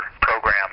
program